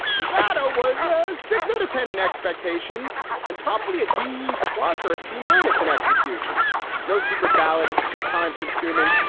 nevada was ah six out of ten in expectations and probably a d plus or a c minus an execution. it's no secret ballot. it's too time consuming.